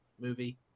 movie